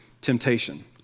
temptation